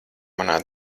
manā